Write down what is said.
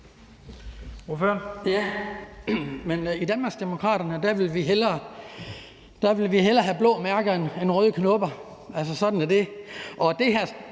i Danmarksdemokraterne vil vi hellere have blå mærker end røde knopper